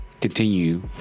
continue